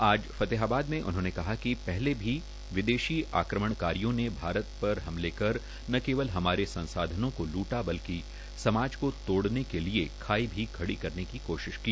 आज फतेहाबाद में उन्होंने कहा कि पहले भी विदेशी आक्रमणकारियों ने भारत पर हमले कर न केवल हमारे संसाधनों को लूटा बल्कि समाज को तोड़ने के लिए खाई भी खड़ी करने की कोशिश की